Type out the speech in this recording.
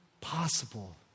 possible